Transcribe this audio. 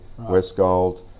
Westgold